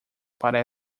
para